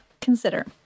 consider